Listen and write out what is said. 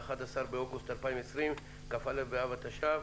היום 11 באוגוסט 2020, כ"א באב התש"ף.